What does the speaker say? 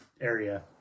area